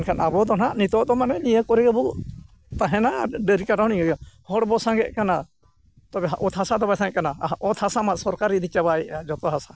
ᱢᱮᱱᱠᱷᱟᱱ ᱟᱵᱚ ᱫᱚ ᱦᱟᱸᱜ ᱱᱤᱛᱚᱜ ᱫᱚ ᱢᱟᱱᱮ ᱱᱤᱭᱟᱹ ᱠᱚᱨᱮ ᱜᱮᱵᱚᱱ ᱛᱟᱦᱮᱱᱟ ᱰᱟᱹᱝᱨᱤ ᱠᱟᱰᱟ ᱦᱚᱸ ᱱᱤᱭᱟᱹᱜᱮ ᱦᱚᱲ ᱵᱚᱱ ᱥᱟᱸᱜᱮᱜ ᱠᱟᱱᱟ ᱛᱚᱵᱮ ᱚᱛ ᱦᱟᱥᱟ ᱫᱚ ᱵᱟᱭ ᱥᱟᱸᱜᱮᱜ ᱠᱟᱱᱟ ᱚᱛ ᱦᱟᱥᱟ ᱢᱟ ᱥᱚᱨᱠᱟᱨᱮ ᱤᱫᱤ ᱪᱟᱵᱟᱭᱮᱜᱼᱟ ᱡᱚᱛᱚ ᱦᱟᱥᱟ